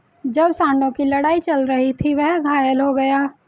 जब सांडों की लड़ाई चल रही थी, वह घायल हो गया